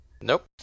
Nope